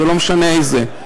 ולא משנה איזה.